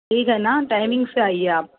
ٹھیک ہے نا ٹائمنگ سے آئیے آپ